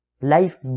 Life